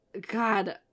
God